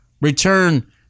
Return